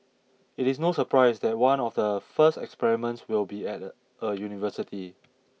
it is no surprise that one of the first experiments will be at a university